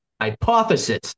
hypothesis